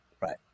Right